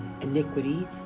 iniquity